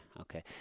okay